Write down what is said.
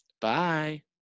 Bye